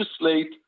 legislate